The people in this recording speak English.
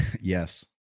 Yes